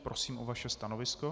Prosím o vaše stanovisko.